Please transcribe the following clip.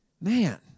Man